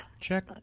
Check